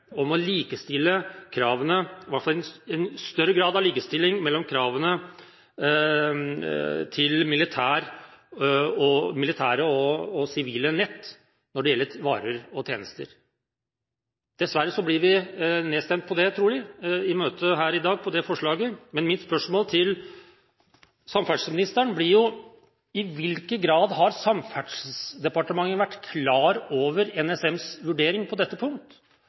om større grad av likestilling mellom kravene til militære og sivile nett når det gjelder varer og tjenester. Dessverre blir det forslaget trolig nedstemt i møtet her i dag. Mine spørsmål til samferdselsministeren blir: I hvilken grad har Samferdselsdepartementet vært klar over NSMs vurdering på dette punkt,